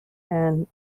and